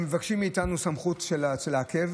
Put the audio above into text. הם מבקשים מאיתנו סמכות לעכב,